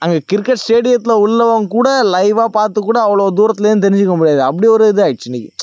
அங்கே கிரிக்கெட் ஸ்டேடியத்தில் உள்ளவங்ககூட லைவாக பார்த்துக்கூட அவ்வளோ தூரத்திலேருந்து தெரிஞ்சுக்க முடியாது அப்படி ஒரு இதாயிடுச்சு இன்றைக்கி